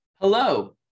Hello